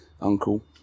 Uncle